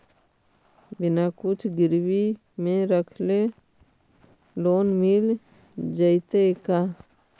बिना कुछ गिरवी मे रखले लोन मिल जैतै का?